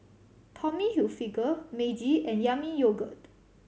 Tommy Hilfiger Meiji and Yami Yogurt